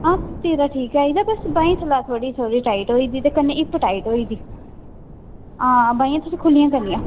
हां तेरां ठीक आई दा बस बाहीं थल्ला थोह्ड़ी थोह्ड़ी टाइट होई दी ते कन्नै हिप्प टाइट होई दी हां बाहीं च बी खु'ल्लियां करनियां